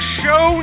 show